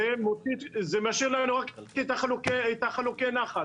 זה משאיר חלוקי הנחל.